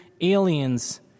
aliens